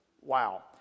wow